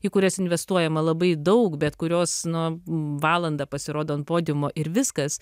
į kurias investuojama labai daug bet kurios nu valandą pasirodo ant podiumo ir viskas